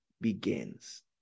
begins